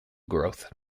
growth